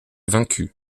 vaincue